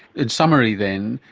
in summary then,